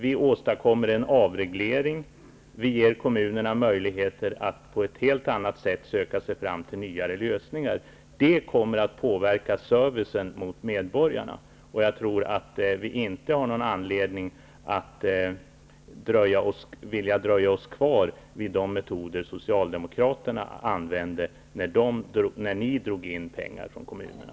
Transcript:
Vi åstadkommer en avreglering. Vi ger kommunerna möjligheter att på ett helt annat sätt söka sig fram till nyare lösningar. Det kommer att påverka servicen mot medborgarna. Jag tror inte att vi har någon anledning att vilja dröja oss kvar vid de metoder som ni socialdemokrater använde när ni drog in pengar från kommunerna.